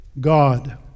God